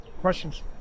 Questions